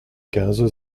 quinze